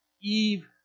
Eve